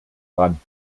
ran